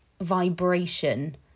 vibration